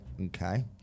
okay